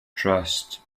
trust